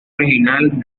original